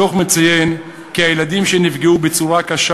הדוח מציין כי הילדים שנפגעו בצורה הקשה